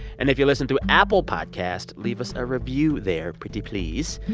and if you listen through apple podcast, leave us a review there pretty please.